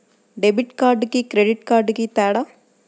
Debit కార్డుకి credit కార్డుకి తేడా?